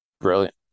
Brilliant